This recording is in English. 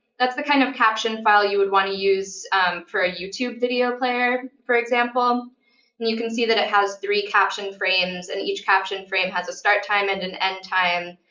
that's the kind of caption file you would want to use for a youtube video player, for example. and you can see that it has three caption frames, and each caption frame has a start time and an end time,